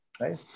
right